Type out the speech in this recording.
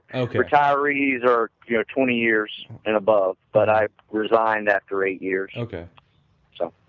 and okay retirees are you know twenty years and above, but i resigned after eight years okay so,